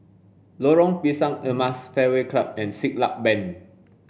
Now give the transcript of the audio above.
Lorong Pisang Emas Fairway Club and Siglap Bank